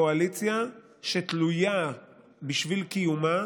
קואליציה שתלויה בשביל קיומה